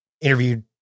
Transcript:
interviewed